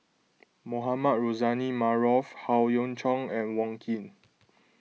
Mohamed Rozani Maarof Howe Yoon Chong and Wong Keen